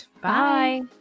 bye